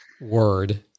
word